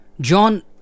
John